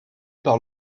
par